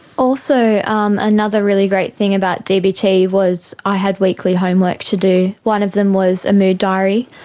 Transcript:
also um another really great thing about dbt was i had weekly homework to do. one of them was a mood diary,